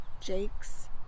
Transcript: Jake's